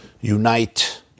unite